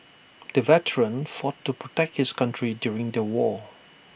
the veteran fought to protect his country during the war